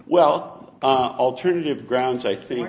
well alternative grounds i think